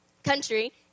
country